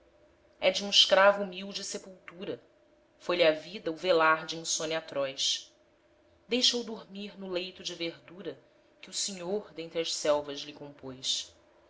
é de um escravo humilde sepultura foi-lhe a vida o velar de insônia atroz deixa-o dormir no leito de verdura que o senhor dentre as selvas lhe compôs